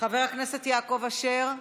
חבר הכנסת יעקב אשר,